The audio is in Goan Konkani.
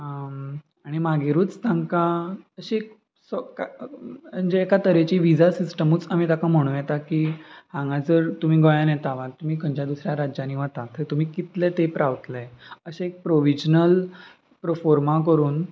आनी मागिरूच तांकां अशी म्हणजे एका तरेची विजा सिस्टमूच आमी ताका म्हणूं येता की हांगा जर तुमी गोंयान येता वा तुमी खंयच्या दुसऱ्या राज्यांनी वता थंय तुमी कितलें तेंप रावतले अशें एक प्रोविजनल प्रोफोर्मा करून